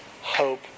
hope